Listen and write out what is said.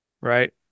Right